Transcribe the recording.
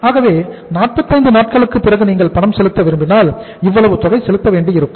ஆகவே 45 நாட்களுக்கு பிறகு நீங்கள் பணம் செலுத்த விரும்பினால் இவ்வளவு தொகையை செலுத்த வேண்டியிருக்கும்